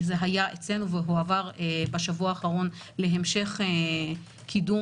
זה היה אצלנו והועבר בשבוע האחרון להמשך קידום